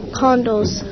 condos